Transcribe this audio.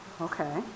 Okay